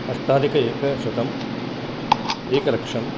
अष्टाधिक एकशतम् एकलक्षम्